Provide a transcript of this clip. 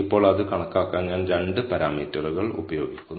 ഇപ്പോൾ അത് കണക്കാക്കാൻ ഞാൻ രണ്ട് പാരാമീറ്ററുകൾ ഉപയോഗിക്കുന്നു